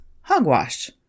hogwash